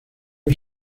que